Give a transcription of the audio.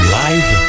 live